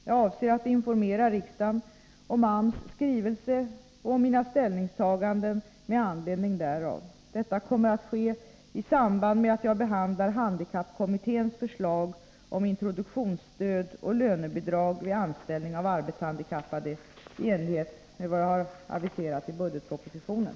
Jag avser att informera riksdagen om AMS skrivelse och om mina ställningstaganden med anledning därav. Detta kommer att ske i samband med att jag behandlar handikappkommitténs förslag om introduktionsstöd och lönebidrag vid anställning av arbetshandikappade, i enlighet med vad jag har aviserat i budgetpropositionen.